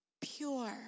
pure